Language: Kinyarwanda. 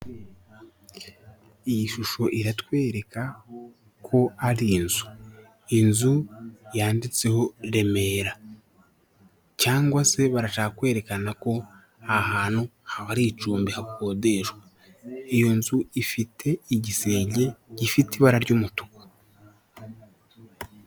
Iyi shusho iratwereka ko ari inzu inzu yanditseho remera cyangwa se barashaka kwerekana ko hantu haba hari icumbi hakodeshwa iyo nzu ifite igisenge gifite ibara ry'umutuku.